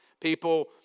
People